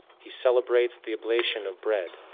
he celebrates the oblation of bread,